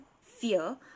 fear